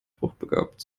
hochbegabt